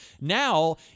now